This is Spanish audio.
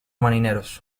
mineros